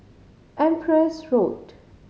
Empress Road